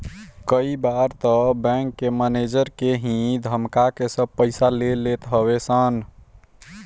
कई बार तअ बैंक के मनेजर के ही धमका के सब पईसा ले लेत हवे सन